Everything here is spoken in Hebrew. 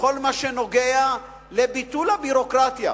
בכל מה שנוגע לביטול הביורוקרטיה,